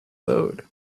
load